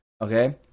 Okay